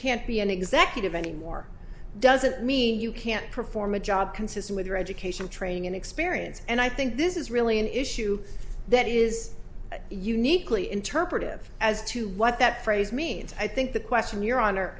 can't be an executive anymore doesn't mean you can't perform a job consistent with your education training and experience and i think this is really an issue that is uniquely interpretive as to what that phrase means i think the question your honor